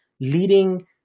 leading